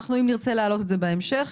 ואם נרצה להעלות את זה בהמשך,